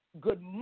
good